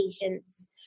patients